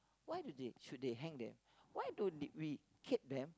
why do they should they hang them why don't they we keep them